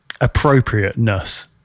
appropriateness